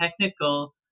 technical